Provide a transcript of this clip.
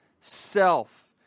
Self